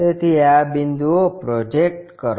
તેથી આ બિંદુઓ પ્રોજેક્ટ કરો